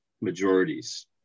majorities